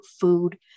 food